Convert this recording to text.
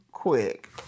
quick